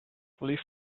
leave